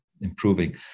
improving